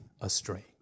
astray